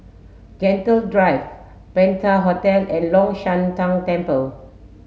Gentle Drive Penta Hotel and Long Shan Tang Temple